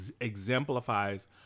exemplifies